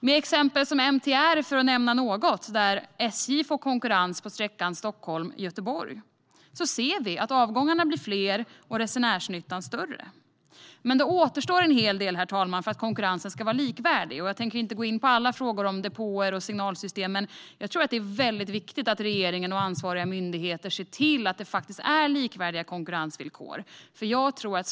När MTR, för att nämna ett exempel, ger SJ konkurrens på sträckan Stockholm-Göteborg ser vi att avgångarna blir fler och resenärsnyttan större. Men det återstår en hel del, herr talman, för att konkurrensen ska bli likvärdig. Jag tänker inte gå in på alla frågor om depåer och signalsystem, men jag tror att det är viktigt att regeringen och ansvariga myndigheter ser till att konkurrensvillkoren faktiskt är likvärdiga.